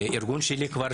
הארגון שלי פועל כבר